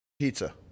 pizza